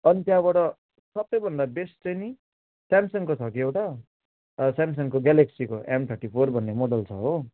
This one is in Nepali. अनि त्यहाँबाट सबैभन्दा बेस्ट चाहिँ नि स्यामसङको छ कि एउटा अब स्यामसङको ग्यालक्सीको एम थर्टी फोर भन्ने मोडल छ हो